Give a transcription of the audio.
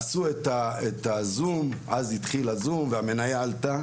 עשו את הזום אז התחיל הזום והמניה עלתה